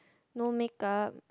no makeup